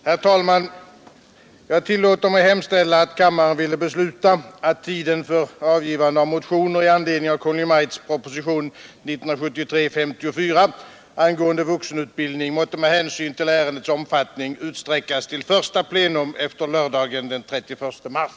Herr talman! Jag tillåter mig hemställa att kammaren ville besluta att tiden för avgivande av motioner i anledning av Kungl. Maj:ts proposition 1973:54 angående vuxenutbildning måtte med hänsyn till ärendets omfattning utsträckas till första plenum efter lördagen den 31 mars.